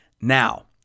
Now